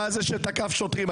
אתה זה שתקף שוטרים.